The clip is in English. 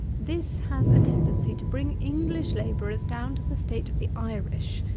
this has a tendency to bring english labourers down to the state of the irish,